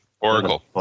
Oracle